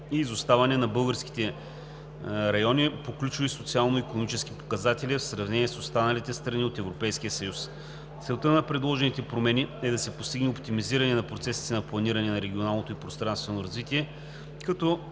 и изоставането на българските райони по ключови социално-икономически показатели в сравнение с останалите страни от Европейския съюз. Целта на предложените промени е да се постигне оптимизиране на процесите на планиране на регионалното и пространственото развитие, като